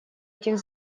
этих